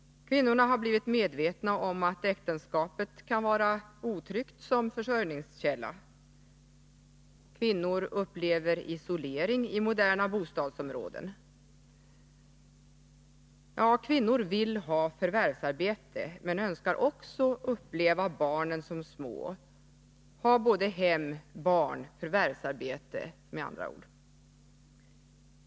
Kvinnorna har blivit medvetna om att äktenskapet kan vara otryggt som försörjningskälla. Kvinnor upplever isolering i moderna bostadsområden. Ja, kvinnor vill ha förvärvsarbete, men önskar också uppleva barnen som små — med andra ord vill de ha både hem, barn och förvärvsarbete.